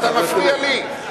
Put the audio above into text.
אבל אתה מפריע לי.